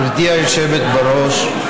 גברתי היושבת בראש,